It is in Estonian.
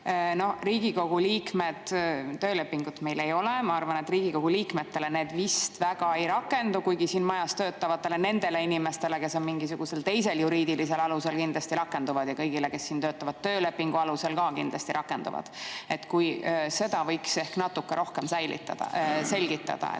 Riigikogu liikmetel töölepingut ei ole. Ma arvan, et Riigikogu liikmete suhtes need vist väga ei rakendu, kuigi siin majas töötavate inimeste suhtes, kes on [tööl] mingisugusel teisel juriidilisel alusel, kindlasti rakenduvad, ja kõigi suhtes, kes siin töötavad töölepingu alusel, ka kindlasti rakenduvad. Seda võiks ehk natuke rohkem selgitada,